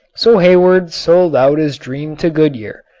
so hayward sold out his dream to goodyear,